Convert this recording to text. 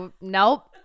nope